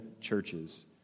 churches